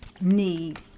need